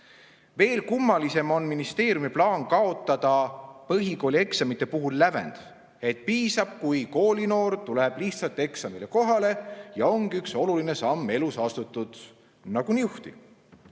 kummalisem on ministeeriumi plaan kaotada põhikoolieksamite puhul lävend. Piisab, kui koolinoor tuleb lihtsalt eksamile kohale ja ongi üks oluline samm elus astutud nagu niuhti.